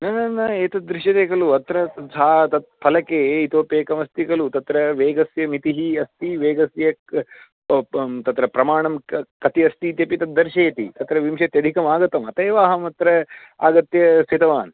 न नन एतद् दृश्यते खलु अत्र सा तत् फलके इतोपि एकमस्ति खलु तत्र वेगस्य मितिः अस्ति वेगस्य तत्र प्रमाणं क कति अस्ति इत्यपि तद् दर्शयति तत्र विंशत्यधिकमागतम् अतः एव अहमत्र आगत्य स्थितवान्